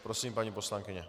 Prosím, paní poslankyně.